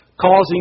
causing